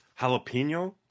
Jalapeno